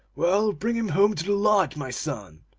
well, bring him home to the lodge, my son!